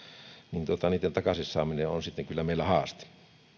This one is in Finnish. niin niitten takaisin saaminen on kyllä meillä haaste